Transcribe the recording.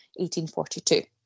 1842